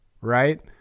right